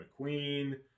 McQueen